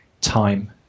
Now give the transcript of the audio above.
time